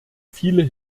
viele